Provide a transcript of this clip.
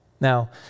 Now